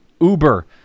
Uber